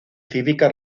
cívica